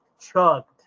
chugged